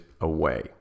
away